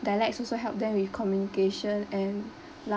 dialects also help them with communication and